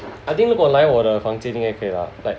I think 如果来我的房间应该可以可以 lah like